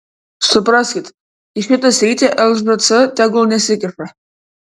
supraskit į šitą sritį lžc tegul nesikiša